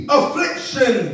affliction